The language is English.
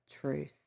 truth